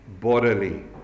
bodily